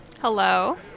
Hello